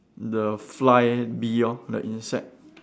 the fly bee lor the insect